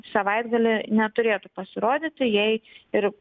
savaitgalį neturėtų pasirodyti jei ir